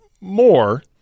more